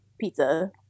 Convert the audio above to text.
Pizza